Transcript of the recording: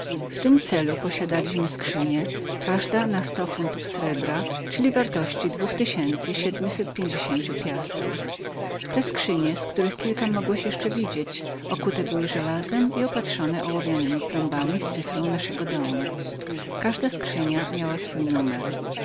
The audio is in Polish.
w tym celu posiadaliśmy skrzynie każda na sto funtów srebra czyli ogólnej wartości dwóch tysięcy siedmset pięćdziesięciu bitych piastrów te skrzynie z których niektóre mogłeś jeszcze widzieć okute były żelazem i opatrzone ołowianemi plombami z cyfrą naszego domu każda skrzynia miała swój numer